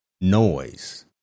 noise